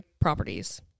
properties